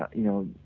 ah you know,